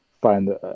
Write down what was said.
find